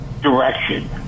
direction